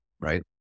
right